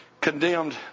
condemned